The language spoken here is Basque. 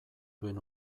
duen